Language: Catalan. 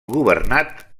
governat